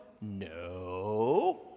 No